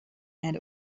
and